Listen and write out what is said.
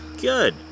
Good